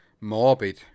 morbid